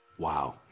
wow